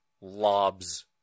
lobs